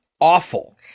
awful